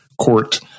court